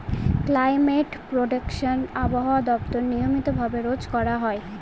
climate prediction আবহাওয়া দপ্তর নিয়মিত ভাবে রোজ করা হয়